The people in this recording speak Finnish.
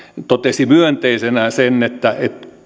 totesi myönteisenä sen että